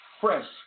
fresh